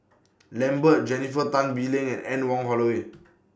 Lambert Jennifer Tan Bee Leng and Anne Wong Holloway